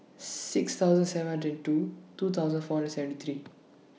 six thousand seven hundred two two thousand four hundred seventy three